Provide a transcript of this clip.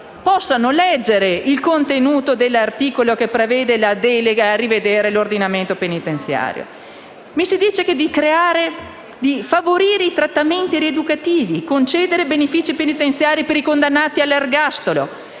possano leggere il contenuto dell'articolo che prevede la delega a rivedere l'ordinamento penitenziario. Si dice di favorire i trattamenti rieducativi, concedere benefici penitenziari per i condannati all'ergastolo,